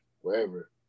wherever